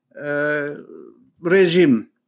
regime